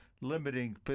limiting